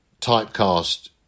typecast